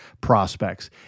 prospects